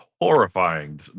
horrifying